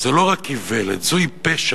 זאת לא רק איוולת, זהו פשע.